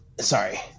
Sorry